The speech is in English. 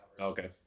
Okay